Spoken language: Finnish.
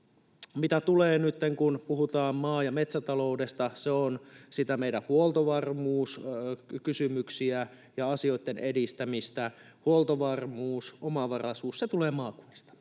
Mitä tulee nytten siihen, kun puhutaan maa- ja metsätaloudesta, ne ovat niitä meidän huoltovarmuuskysymyksiä ja asioitten edistämistä. Huoltovarmuus, omavaraisuus: se tulee maakunnista,